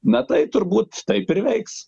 na tai turbūt taip ir veiks